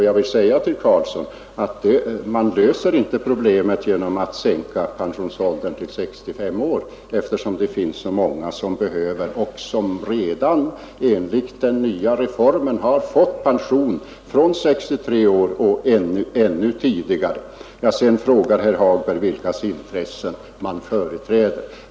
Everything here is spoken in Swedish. Jag vill säga till herr Carlsson i Vikmanshyttan att man inte löser problemet genom att sänka pensionsåldern till 65 år, eftersom det finns så många som behöver och som redan enligt den nya reformen har fått pension från 63 års ålder och ännu tidigare. Herr Hagberg frågar vilkas intressen man företräder.